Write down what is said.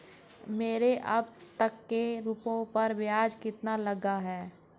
मेरे अब तक के रुपयों पर ब्याज कितना लगा है?